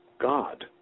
God